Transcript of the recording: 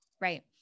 right